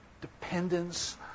dependence